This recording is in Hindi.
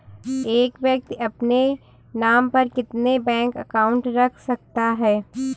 एक व्यक्ति अपने नाम पर कितने बैंक अकाउंट रख सकता है?